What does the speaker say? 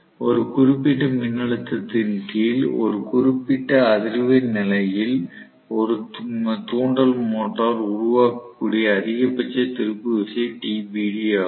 ஒரு குறிப்பிட்ட மின்னழுத்தத்தின் கீழ் ஒரு குறிப்பிட்ட அதிர்வெண் நிலையில் ஒரு தூண்டல் மோட்டார் உருவாக்கக்கூடிய அதிகபட்ச திருப்பு விசை TBD ஆகும்